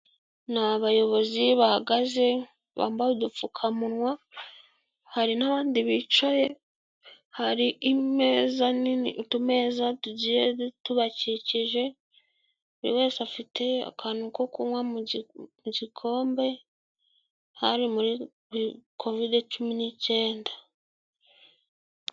Ni abayobozi bahagaze bambaye udupfukamunwa, hari n'abandi bicaye hari imeza nini utumeza tugiye tubakikije, buri wese afite akantu ko kunywa mu gikombe, hari muri kovidi cumi n'icyenda.